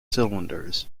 cylinders